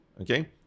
Okay